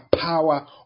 power